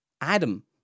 Adam